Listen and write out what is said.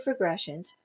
regressions